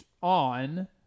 on